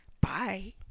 bye